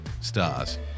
stars